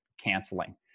canceling